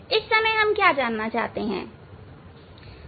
इस समय हम क्या जानना चाहते हैं